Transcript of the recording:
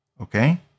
okay